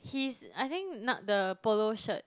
he's I think not the polo shirt